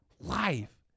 life